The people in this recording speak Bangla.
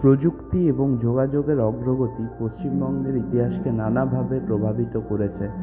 প্রযুক্তি এবং যোগাযোগের অগ্রগতি পশ্চিমবঙ্গের ইতিহাসকে নানাভাবে প্রভাবিত করেছে